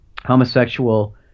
homosexual